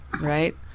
right